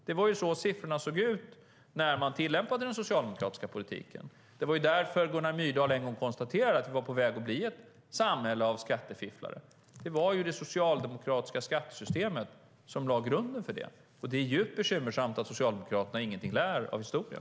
Det var så siffrorna såg ut när man tillämpade den socialdemokratiska politiken. Det var därför Gunnar Myrdal en gång konstaterade att vi var på väg att bli ett samhälle av skattefifflare. Det var det socialdemokratiska skattesystemet som lade grunden för det, och det är djupt bekymmersamt att Socialdemokraterna ingenting lär av historien.